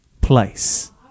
place